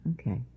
Okay